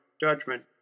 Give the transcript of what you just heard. judgment